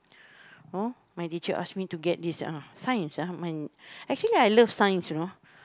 !huh! my teacher ask me to get this Science ah I mean actually I love Science you know